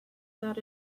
that